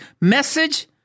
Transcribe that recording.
message